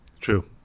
true